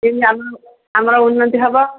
ଯେମିତି ଆମର ଆମର ଉନ୍ନତି ହବ